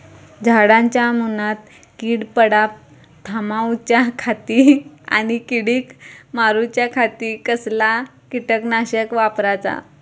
झाडांच्या मूनात कीड पडाप थामाउच्या खाती आणि किडीक मारूच्याखाती कसला किटकनाशक वापराचा?